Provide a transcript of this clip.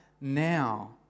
now